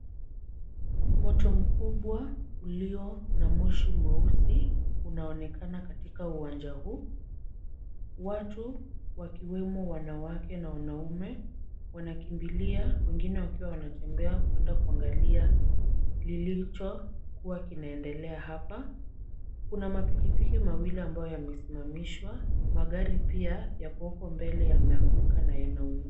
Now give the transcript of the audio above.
Moto mkubwa ulio na moshi mweusi unaonekana katika uwanja huu. Watu, wakiwemo wanawake na wanaume wanakimbilia wengine wakiwa wanatembea kuenda kuangalia lilicho kuwa kinaendelea hapa. Kuna mapikipiki mawili ambayo yamesimamishwa. Magari pia yako uko mbele yameanguka na yanaungua.